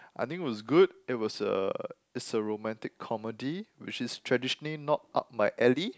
I think it was good it was a it's a romantic comedy which is traditionally not up my alley